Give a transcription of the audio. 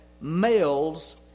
males